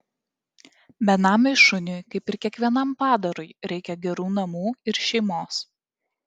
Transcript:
benamiui šuniui kaip ir kiekvienam padarui reikia gerų namų ir šeimos